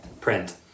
print